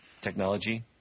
technology